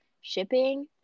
shipping